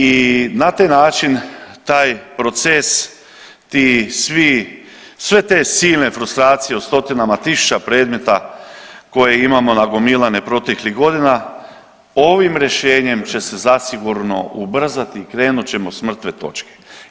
I na taj način taj proces ti svi sve te silne frustracije o stotinama tisuća predmeta koje imamo nagomilane proteklih godina po ovim rješenjem će se zasigurno ubrzati i krenut ćemo s mrtve točke.